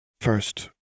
First